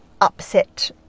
upset